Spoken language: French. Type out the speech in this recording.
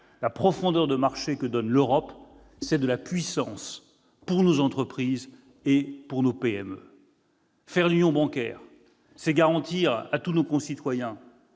La profondeur de marché que donne l'Europe, c'est de la puissance pour nos entreprises, en particulier pour nos PME ! Faire l'union bancaire, c'est garantir à tous nos concitoyens